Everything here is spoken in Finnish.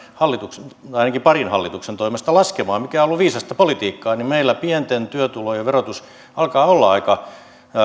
hallituksen ainakin parin hallituksen toimesta laskemaan mikä on ollut viisasta politiikkaa niin meillä pienten työtulojen verotus alkaa olla aika